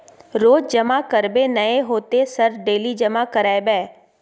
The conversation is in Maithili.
रोज जमा करबे नए होते सर डेली जमा करैबै?